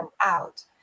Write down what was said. out